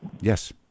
Yes